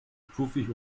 puffig